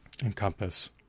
encompass